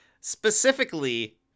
Specifically